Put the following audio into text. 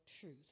truth